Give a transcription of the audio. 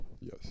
Yes